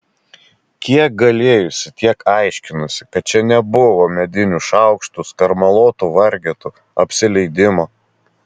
kiek galėjusi tiek aiškinusi kad čia nebuvo medinių šaukštų skarmaluotų vargetų apsileidimo